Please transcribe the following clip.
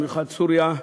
במיוחד סוריה,